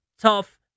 tough